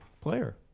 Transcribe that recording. player